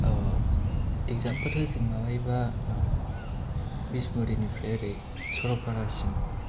example होनो माबायोबा बिसमुरिनिफ्राय एरै सरलपारासिम